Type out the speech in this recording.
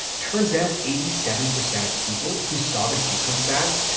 turns out eighty seven percent of people who saw the sequenced ads,